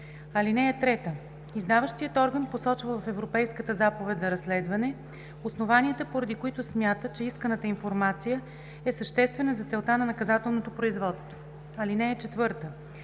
(3) Издаващият орган посочва в европейската заповед за разследване основанията, поради които смята, че исканата информация е съществена за целта на наказателното производство. (4)